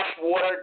water